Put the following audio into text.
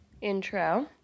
intro